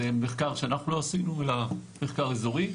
זה מחקר שלא אנחנו עשינו אלא מחקר אזורי.